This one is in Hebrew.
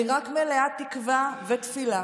אני רק מלאת תקווה ותפילה